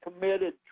committed